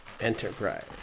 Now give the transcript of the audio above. Enterprise